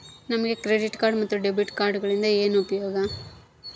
ನಮಗೆ credit card ಮತ್ತು debit ಕಾರ್ಡುಗಳಿಂದ ಏನು ಉಪಯೋಗ?